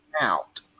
out